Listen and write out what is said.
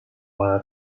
wanna